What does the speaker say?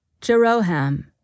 Jeroham